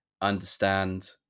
understand